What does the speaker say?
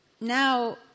now